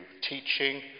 teaching